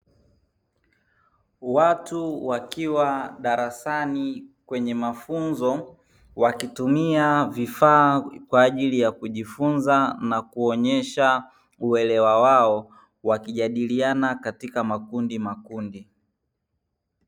Watu wakiwa darasani kwenye mafunzo, wakitumia vifaa kwa ajili ya kujifunza na kuonyesha uelewa wao, wakijadiliana katika makundimakundi.